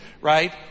right